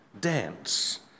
dance